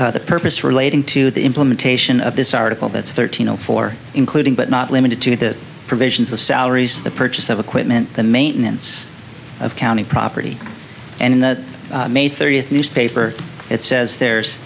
per the purpose relating to the implementation of this article that's thirteen zero four including but not limited to the provisions of salaries the purchase of equipment the maintenance of county property and that may thirtieth newspaper it's as there's